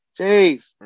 Jeez